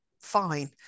fine